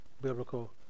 biblical